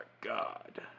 God